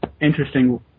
interesting